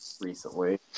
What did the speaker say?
recently